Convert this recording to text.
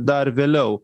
dar vėliau